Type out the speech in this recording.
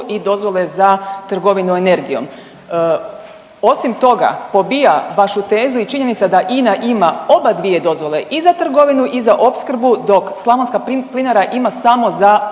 i dozvole za trgovinu energijom. Osim toga pobija vašu tezu i činjenica da INA ima oba dvije dozvole i za trgovinu i za opskrbu dok slavonska plinara ima samo za